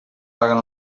paguen